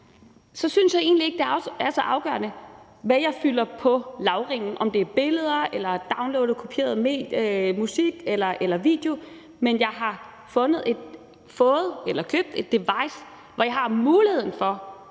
så synes jeg egentlig ikke, at det også er så afgørende, hvad jeg fylder på lagringen, om det er billeder eller downloadet kopieret musik eller video, men jeg har fået eller købt et device, hvor jeg har muligheden for